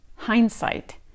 hindsight